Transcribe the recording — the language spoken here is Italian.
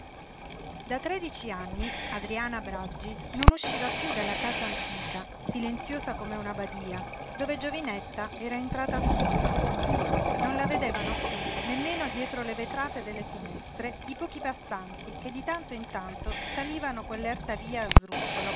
da tredici anni adriana braggi non usciva piú dalla casa antica silenziosa come una badía dove giovinetta era entrata sposa non la vedevano piú nemmeno dietro le vetrate delle finestre i pochi passanti che di tanto in tanto salivano quell'erta via a sdrucciolo